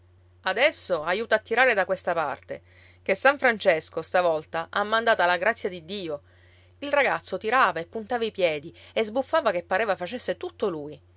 adesso aiuta a tirare da questa parte ché san francesco stavolta ha mandata la grazia di dio il ragazzo tirava e puntava i piedi e sbuffava che pareva facesse tutto lui